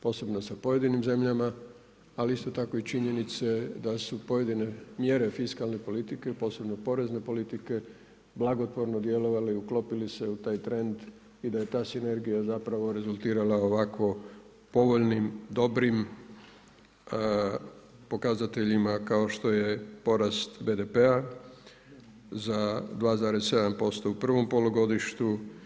Posebno s pojedinim zemljama, ali isto tako i činjenice da su mjere fiskalne politike, posebno porezne politike, blagotvorno djelovali i uklopili se u taj trend, i da je ta sinergija rezultirala ovako povoljnim, dobrim pokazateljima, kao što je porast BDP-a za 2,7% u provom polugodištu.